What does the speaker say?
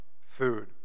food